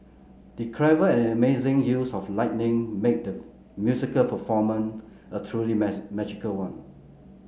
the clever and amazing use of lighting made the musical performance a truly magical one